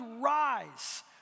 rise